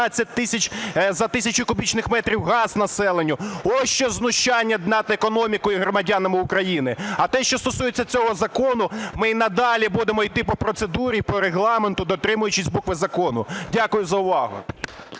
за тисячу кубічних метрів газ населенню? Ось що знущання над економікою і громадянами України. А те, що стосується цього закону, ми й надалі будемо йти по процедурі, по Регламенту, дотримуючись букви закону. Дякую за увагу.